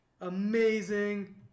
amazing